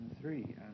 three